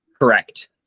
correct